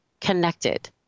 connected